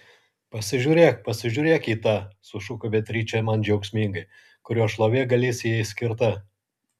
pasižiūrėk pasižiūrėk į tą sušuko beatričė man džiaugsmingai kurio šlovė galisijai skirta